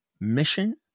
mission